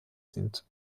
sind